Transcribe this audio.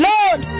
Lord